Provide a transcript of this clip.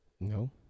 No